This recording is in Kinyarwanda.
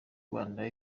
rwanda